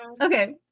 Okay